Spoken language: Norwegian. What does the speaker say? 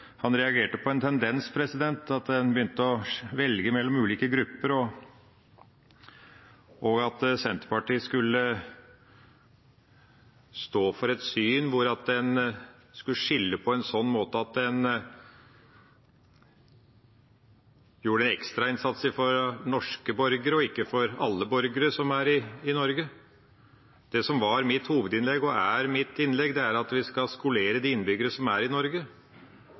han reagerte på en tendens til at en begynte å velge mellom ulike grupper, og at Senterpartiet står for et syn der en skulle skille på en sånn måte at en gjør en ekstrainnsats for norske borgere og ikke for alle borgere som er i Norge: Det som var mitt hovedinnlegg, og som er mitt innlegg, er at vi skal skolere de innbyggerne som er i Norge,